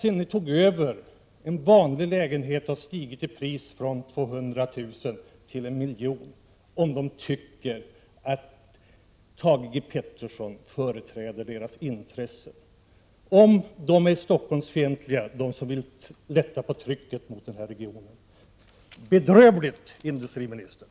Sedan ni tog över regeringsmakten har en vanlig lägenhet stigit i pris från 200 000 kr. till 1 milj.kr. Fråga om de tycker att Thage G Peterson företräder deras intressen! Om de som vill lätta på trycket mot denna region skall kallas Stockholmsfientliga är resonemanget bedrövligt, industriministern!